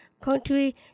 country